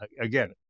Again